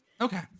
Okay